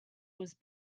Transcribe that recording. was